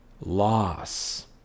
loss